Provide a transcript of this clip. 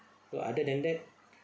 so other than that